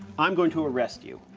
i'm going to arrest you.